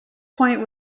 point